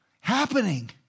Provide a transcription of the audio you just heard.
happening